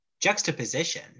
juxtaposition